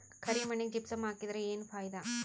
ಕರಿ ಮಣ್ಣಿಗೆ ಜಿಪ್ಸಮ್ ಹಾಕಿದರೆ ಏನ್ ಫಾಯಿದಾ?